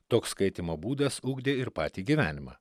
toks skaitymo būdas ugdė ir patį gyvenimą